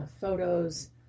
photos